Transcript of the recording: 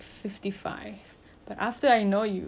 I'm like fifty five apa ni saya macam